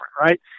right